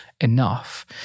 enough